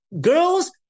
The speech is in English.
Girls